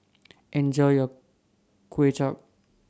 Enjoy your Kway Chap